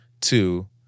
Two